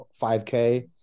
5K